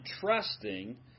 trusting